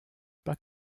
pas